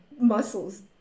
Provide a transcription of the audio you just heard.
muscles